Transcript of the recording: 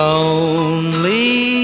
Lonely